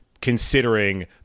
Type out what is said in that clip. Considering